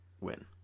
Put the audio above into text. win